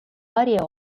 varie